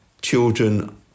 children